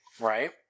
right